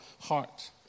heart